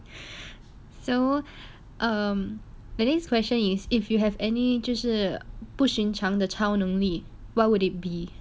so um the next question is if you have any 就是不寻常的超能力 what would it be